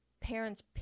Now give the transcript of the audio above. parents